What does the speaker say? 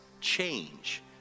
change